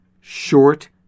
short